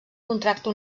contracta